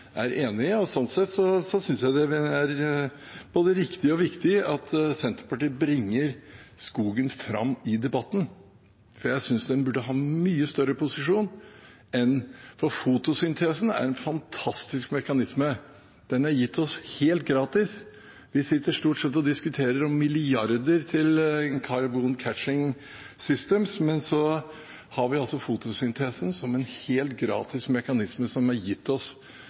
er enig i, og sånn sett synes jeg det er både riktig og viktig at Senterpartiet bringer skogen fram i debatten. Jeg synes den burde ha mye større posisjon, for fotosyntesen er en fantastisk mekanisme – den er gitt oss helt gratis. Vi sitter stort sett og diskuterer milliarder til «carbon catching systems», men så har vi altså fotosyntesen som en helt gratis mekanisme gitt oss